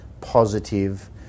positive